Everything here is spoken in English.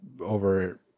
over